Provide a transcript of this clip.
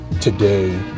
today